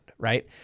right